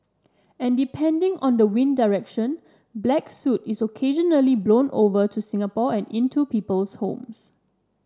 and depending on the wind direction black soot is occasionally blown over to Singapore and into people's homes